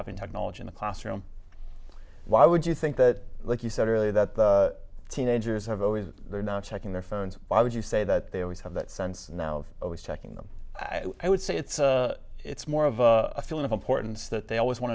having technology in the classroom why would you think that like you said earlier that teenagers have always they're not checking their phones why would you say that they always have that sense now of always checking them i would say it's it's more of a feeling of importance that they always want